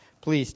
Please